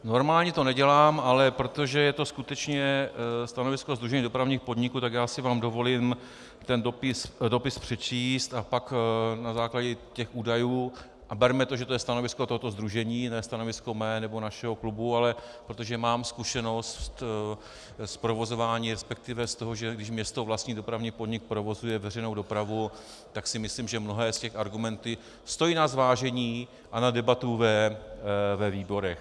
Normálně to nedělám, ale protože je to skutečně stanovisko sdružení dopravních podniků, tak já si vám dovolím ten dopis přečíst, a pak na základě těch údajů a berme to, že to je stanovisko tohoto sdružení, ne stanovisko mé nebo našeho klubu, ale protože mám zkušenost s provozováním, respektive z toho, že když město vlastní dopravní podnik, provozuje veřejnou dopravu, tak si myslím, že mnohé z těch argumentů stojí za zvážení a za debatu ve výborech.